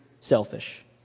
selfish